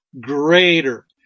greater